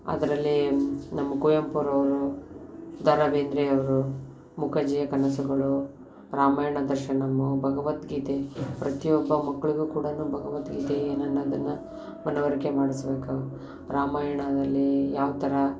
ಅದರಲ್ಲಿ ನಮ್ಮ ಕುವೆಂಪುರವ್ರು ದ ರಾ ಬೇಂದ್ರೆಯವರು ಮೂಕಜ್ಜಿಯ ಕನಸುಗಳು ರಾಮಾಯಣ ದರ್ಶನಮ್ ಭಗವದ್ಗೀತೆ ಪ್ರತಿಯೊಬ್ಬ ಮಕ್ಕಳಿಗೂ ಕೂಡ ಭಗವದ್ಗೀತೆ ಏನು ಅನ್ನೋದನ್ನ ಮನವರಿಕೆ ಮಾಡಿಸ್ಬೇಕು ರಾಮಾಯಣದಲ್ಲಿ ಯಾವ ಥರ